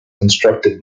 constructed